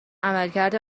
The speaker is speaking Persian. عملکرد